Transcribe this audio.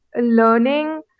learning